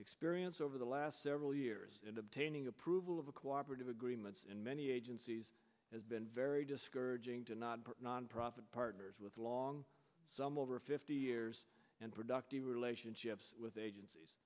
experience over the last several years and obtaining approval of a cooperative agreements in many agencies has been very discouraging to not nonprofit partners with long some over fifty years and productive relationships with agencies